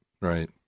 right